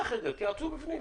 ג',